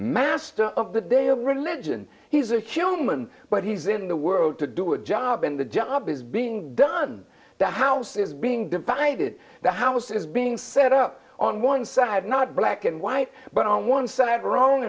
master of the day of religion he's a human but he's in the world to do a job and the job is being done the house is being divided the house is being set up on one side not black and white but on one side